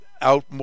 out